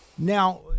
now